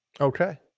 Okay